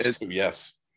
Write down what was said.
yes